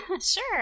Sure